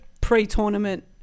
pre-tournament